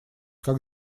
как